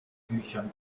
büchern